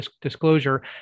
disclosure